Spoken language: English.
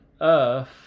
earth